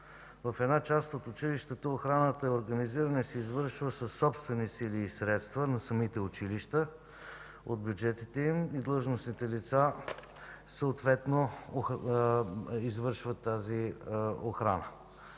в една част от училищата охраната е организирана и се извършва със собствени сили и средства, на самите училища, от бюджетите им и длъжностните лица съответно извършват тази охрана.